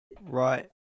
Right